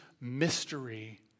mystery